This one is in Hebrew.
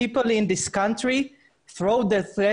People in this country just throw their trash